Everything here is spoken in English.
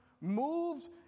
moved